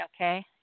okay